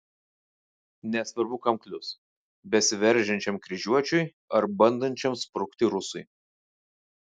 nesvarbu kam klius besiveržiančiam kryžiuočiui ar bandančiam sprukti rusui